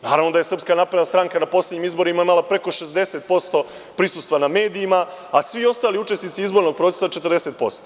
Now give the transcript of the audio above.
Naravno, da je SNS na poslednjim izborima imala preko 60% prisustva na medijima, a svi ostali učesnici izbornog procesa 40%